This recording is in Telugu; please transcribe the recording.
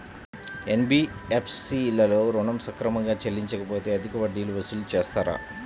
ఎన్.బీ.ఎఫ్.సి లలో ఋణం సక్రమంగా చెల్లించలేకపోతె అధిక వడ్డీలు వసూలు చేస్తారా?